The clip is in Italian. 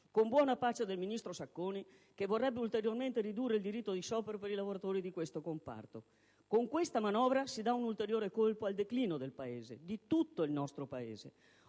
con buona pace del ministro Sacconi che vorrebbe ulteriormente ridurre il diritto di sciopero per i lavoratori di questo comparto. Con questa manovra si dà un ulteriore impulso al declino del Paese, di tutto il nostro Paese.